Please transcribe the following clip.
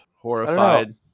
horrified